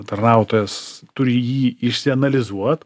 tarnautojas turi jį išsianalizuot